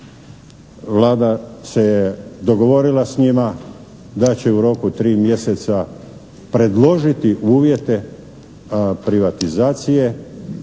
Vlada se dogovorila s njima da će u roku 3 mjeseca predložiti uvjete privatizacije